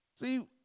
See